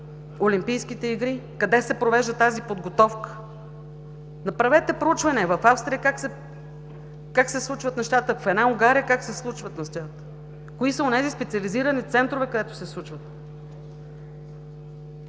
олимпийските игри, къде се провежда тази подготовка? Направете проучване как се случват нещата в Австрия, как се случват в Унгария, кои са онези специализирани центрове, където се случват?!